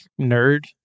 nerd